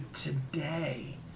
today